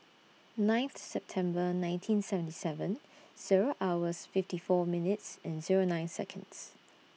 ninth September nineteen seventy seven Zero hours fifty four minutes and Zero nine Seconds